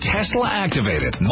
Tesla-activated